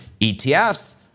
etfs